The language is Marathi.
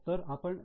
तर आपण पी